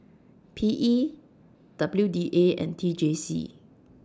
P E W D A and T J C